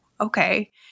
okay